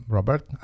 Robert